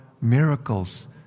miracles